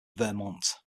vermont